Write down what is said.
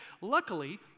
Luckily